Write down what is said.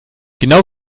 genau